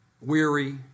weary